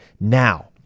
now